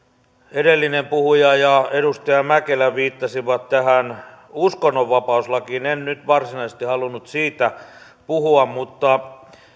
edellinen puhuja ja edustaja mäkelä viittasivat uskonnonvapauslakiin en nyt varsinaisesti halunnut siitä puhua mutta muistan kun